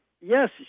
yes